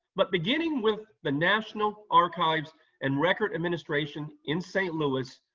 but beginning with the national archives and record administration in st. louis,